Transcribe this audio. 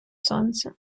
сонце